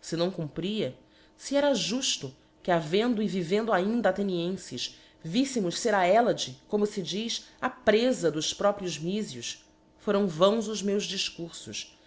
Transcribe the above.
sc não cumpria fe era juíto que havendo e vivendo ainda athenienfes viflvmos fera hellade como fe diz a prefa dos próprios myfios foram vãos os meus difcurfos